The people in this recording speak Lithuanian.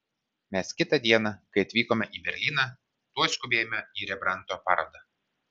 mes kitą dieną kai atvykome į berlyną tuoj skubėjome į rembrandto parodą